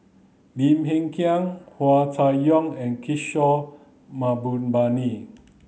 Lim Hng Kiang Hua Chai Yong and Kishore Mahbubani